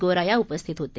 गोराया उपस्थित होते